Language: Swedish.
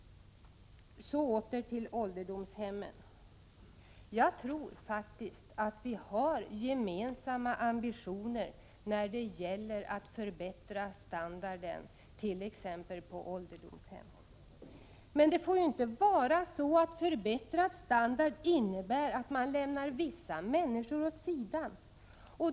Så åter till ålderdomshemmen. Jag tror faktiskt att vi har gemensamma ambitioner när det gäller att förbättra standarden t.ex. på ålderdomshemmen. Men det får inte vara så att förbättrad standard innebär att man lämnar vissa människor åt sidan.